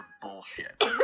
bullshit